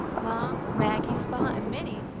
ma, maggie, spot, and minnie,